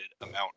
amount